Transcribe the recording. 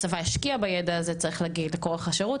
הצבא השקיע בידע הזה צריך להגיד מכוח השירות